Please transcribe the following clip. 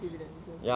dividends okay